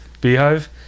beehive